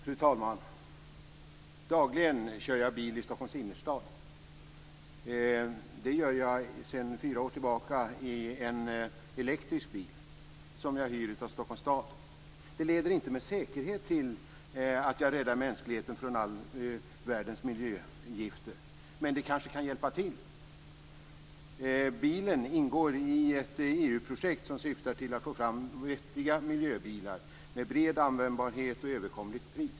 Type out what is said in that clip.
Fru talman! Dagligen kör jag bil i Stockholms innerstad. Det gör jag, sedan fyra år tillbaka, i en elektrisk bil som jag hyr av Stockholms stad. Det leder inte med säkerhet till att jag räddar mänskligheten från all världens miljögifter, men det kanske kan hjälpa till. Bilen ingår i ett EU-projekt som syftar till att få fram vettiga miljöbilar med bred användbarhet och överkomligt pris.